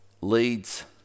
leads